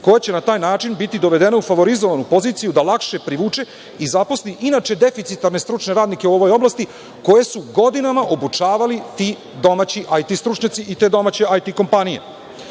koja će na taj način biti dovedena u favorizovanu poziciju da lakše privuče i zaposli inače deficitarne stručne radnike u ovoj oblasti koje su godinama obučavali ti domaći IT stručnjaci i te domaće IT kompanije. Vlada